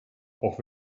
auch